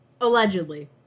Allegedly